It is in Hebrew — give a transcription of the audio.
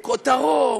כותרות,